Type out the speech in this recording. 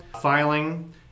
filing